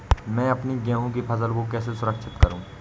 मैं अपनी गेहूँ की फसल को कैसे सुरक्षित करूँ?